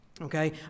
okay